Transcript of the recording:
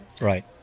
Right